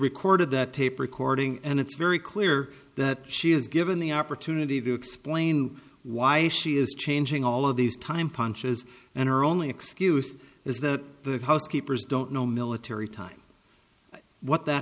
recorded that tape recording and it's very clear that she is given the opportunity to explain why she is changing all of these time punches and her only excuse is that the housekeepers don't know military time what that